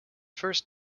first